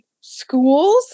schools